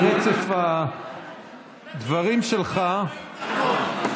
ברצף הדברים שלך, כן.